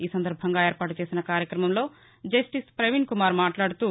ఈసందర్భంగా ఏర్పాటు చేసిన కార్యక్రమంలో జస్టిస్ పవీణ్ కుమార్ మాట్లాదుతూ